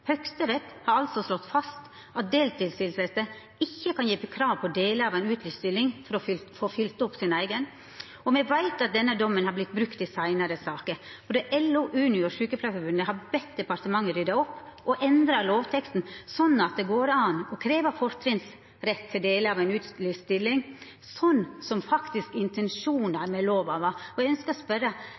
har altså slått fast at deltidstilsette ikkje kan reise krav om delar av ei utlyst stilling for å få fylt opp si eiga stilling. Me veit at denne dommen har vorte brukt i seinare saker. Både LO, Unio og Sjukepleiarforbundet har bedt departementet rydda opp og endra lovteksten slik at det går an å krevja fortrinnsrett til delar av ei utlyst stilling, noko som faktisk var intensjonen med lova. Eg ønskjer å